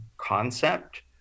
concept